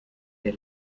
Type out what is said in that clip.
der